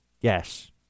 Yes